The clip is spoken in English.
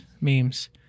memes